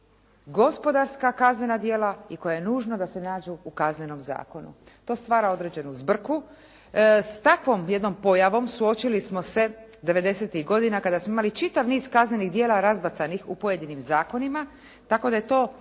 gospodarska kaznena djela i koja nužno da se nađu u Kaznenom zakonu. To stvara određenu zbrku. S takvom jednom pojavom suočili smo se 90-tih godina kada smo imali čitav niz kaznenih djela razbacanih u pojedinim zakonima tako da je to